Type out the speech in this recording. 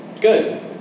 good